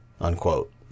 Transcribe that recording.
unquote